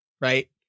right